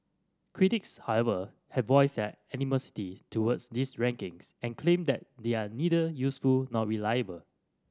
critics however have voiced their animosity towards these rankings and claim that they are neither useful nor reliable